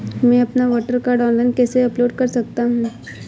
मैं अपना voter card online कैसे अपलोड कर सकता हूँ?